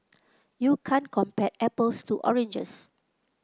you can't compare apples to oranges